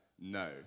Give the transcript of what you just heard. No